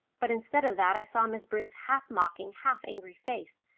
but instead of that i saw miss broom's half-mocking, half-angry face,